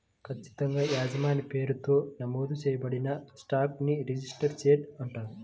ఖచ్చితంగా యజమాని పేరుతో నమోదు చేయబడిన స్టాక్ ని రిజిస్టర్డ్ షేర్ అంటారు